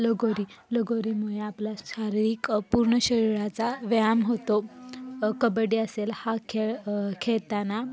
लगोरी लगोरीमुळे आपला शारीरिक पूर्ण शरीराचा व्यायाम होतो कबड्डी असेल हा खेळ खेळताना